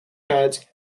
pads